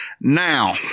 Now